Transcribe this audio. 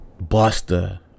Buster